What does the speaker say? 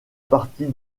partie